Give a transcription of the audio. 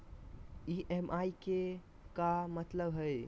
EMI के का मतलब हई?